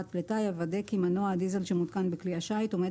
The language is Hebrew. פליטה יוודא כי מנוע הדיזל שמותקן בכלי השיט עומד